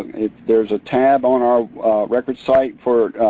there's a tab on our records site for